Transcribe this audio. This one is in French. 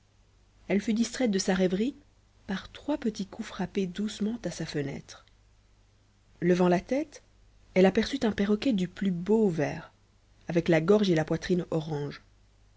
elle fut distraite de sa rêverie par trois petits coups frappés doucement à sa fenêtre levant la tête elle aperçut un perroquet du plus beau vert avec la gorge et la poitrine orange